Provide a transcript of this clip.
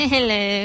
Hello